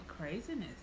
craziness